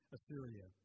Assyria